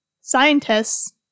scientists